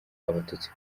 abatutsi